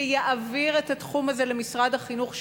שיעביר את התחום הזה למשרד החינוך,